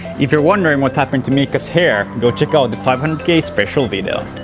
if you are wondering what happened to miikka's hair go check out the five hundred k special video!